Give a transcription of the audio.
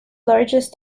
largest